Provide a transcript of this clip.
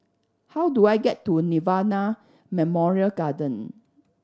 how do I get to Nirvana Memorial Garden